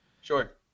Sure